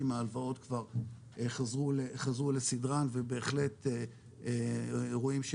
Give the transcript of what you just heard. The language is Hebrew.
מההלוואות כבר חזרו לסדרן ובהחלט רואים,